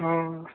अ